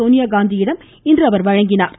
சோனியா காந்தியிடம் இன்று வழங்கினாா்